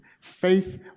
Faith